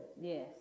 Yes